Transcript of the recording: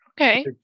Okay